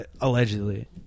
allegedly